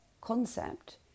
concept